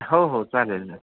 हो हो चालेल ना